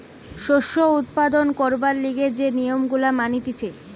শস্য উৎপাদন করবার লিগে যে নিয়ম গুলা মানতিছে